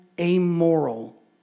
amoral